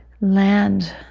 land